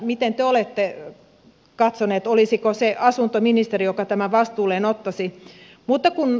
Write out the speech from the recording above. miten te olette katsoneet olisiko se asuntoministeri joka tämän vastuulleen ottaisi